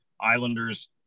Islanders